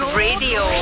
radio